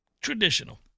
Traditional